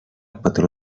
patró